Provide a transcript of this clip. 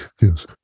Yes